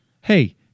hey